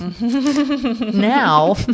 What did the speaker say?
Now